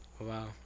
Wow